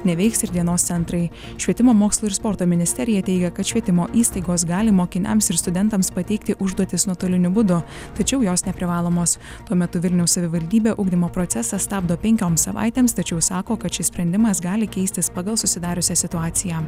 neveiks ir dienos centrai švietimo mokslo ir sporto ministerija teigia kad švietimo įstaigos gali mokiniams ir studentams pateikti užduotis nuotoliniu būdu tačiau jos neprivalomos tuo metu vilniaus savivaldybė ugdymo procesą stabdo penkioms savaitėms tačiau sako kad šis sprendimas gali keistis pagal susidariusią situaciją